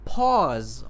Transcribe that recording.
pause